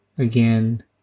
Again